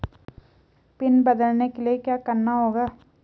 Pin बदलने के लिए क्या करना होगा?